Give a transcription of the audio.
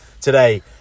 today